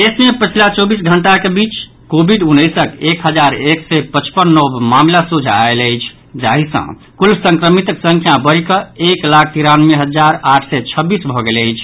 प्रदेश मे पछिला चौबीस घंटाक बीच कोविड उन्नैसक एक हजार एक सय पचपन नव मामिला सोझा आयल अछि जाहि सँ कुल संक्रमितक संख्या बढ़ि कऽ एक लाख तिरानवे हजार आठ सय छब्बीस भऽ गेल अछि